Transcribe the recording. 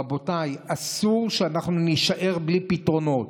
רבותיי, אסור שאנחנו נישאר בלי פתרונות.